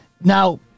Now